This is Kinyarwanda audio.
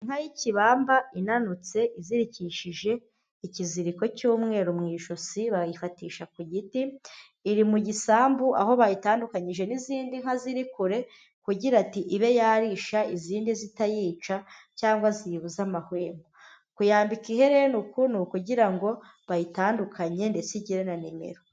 Inka y'ikibamba inanutse, izirikishije ikiziriko cy'umweru mu ijosi, bayifatisha ku giti, iri mu gisambu aho bayitandukanyije n'izindi nka ziri kure, kugira ti ibe yarisha izindi zitayica, cyangwa ziyibuze amahwemo. Kuyambika iherena ukuntu ni ukugira ngo bayitandukanye ndetse igire na nimero.